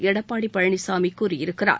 எடப்பாடி பழனிசாமி கூறியிருக்கிறார்